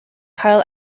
cael